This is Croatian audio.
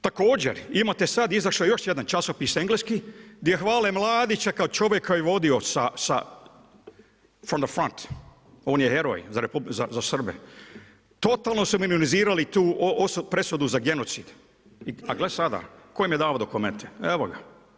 Također, imate sad izašao je još jedan časopis engleski gdje hvale Mladića kao čovjeka koji je vodio from the front, on je heroj za Srbe, totalno su minorizirali tu presudu za genocid, a gle sada, tko im je davao dokumente, evo ga.